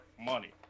money